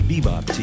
Bebop